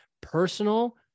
personal